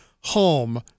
home –